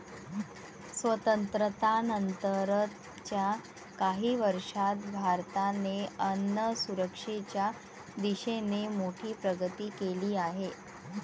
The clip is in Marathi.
स्वातंत्र्यानंतर च्या काही वर्षांत भारताने अन्नसुरक्षेच्या दिशेने मोठी प्रगती केली आहे